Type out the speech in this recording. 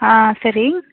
ஆ சரி